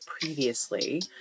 previously